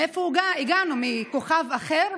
מאיפה הגענו, מכוכב אחר?